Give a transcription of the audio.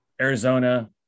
Arizona